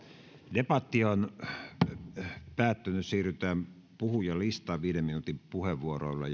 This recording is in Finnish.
debatti on päättynyt siirrytään puhujalistaan viiden minuutin puheenvuoroilla